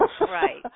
right